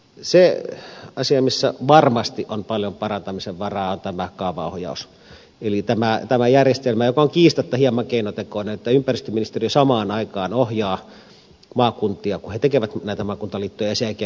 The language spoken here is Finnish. se asia missä varmasti on paljon parantamisen varaa on kaavaohjaus eli tämä järjestelmä joka on kiistatta hieman keinotekoinen että ympäristöministeriö samaan aikaan ohjaa maakuntia kun he tekevät näitä maakuntaliittoja ja sen jälkeen vahvistavat niitä